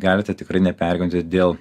galite tikrai nepergyventi dėl